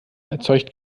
erzeugt